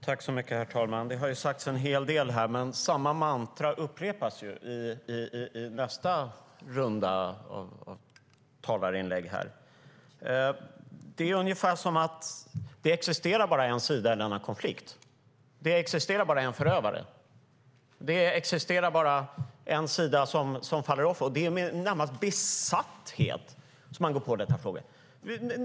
Herr talman! Det har sagt en hel del här. Samma mantra upprepas i nästa runda av talarinlägg. Det är ungefär som att det bara existerar en sida i denna konflikt. Det existerar bara en förövare, och det existerar bara en sida som faller offer. Det är närmast med en besatthet som man går in på dessa frågor.